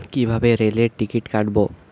কিভাবে রেলের টিকিট কাটব?